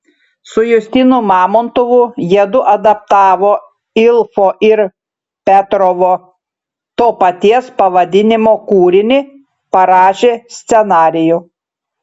su justinu mamontovu jiedu adaptavo ilfo ir petrovo to paties pavadinimo kūrinį parašė scenarijų